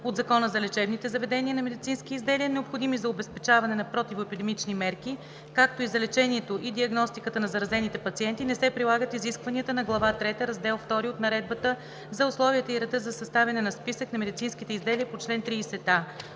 от Закона за лечебните заведения на медицински изделия, необходими за обезпечаване на противоепидемичните мерки, както и за лечението и диагностиката на заразените пациенти, не се прилагат изискванията на глава трета, раздел II от Наредбата за условията и реда за съставяне на списък на медицинските изделия по чл. 30а